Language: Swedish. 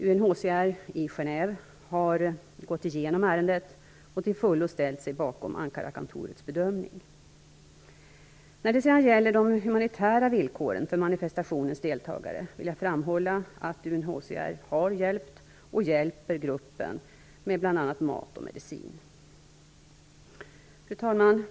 UNHCR i Genève har gått igenom ärendet och till fullo ställt sig bakom Ankarakontorets bedömning. När det sedan gäller de humanitära villkoren för manifestationens deltagare vill jag framhålla att UNHCR har hjälpt och hjälper gruppen med bl.a. mat och medicin. Fru talman!